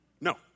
No